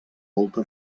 volta